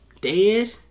Dead